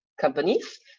companies